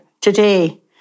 today